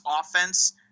offense